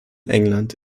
england